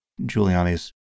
Giuliani's